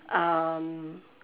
um